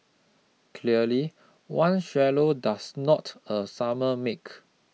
clearly one swallow does not a summer make